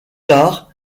tard